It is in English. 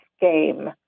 game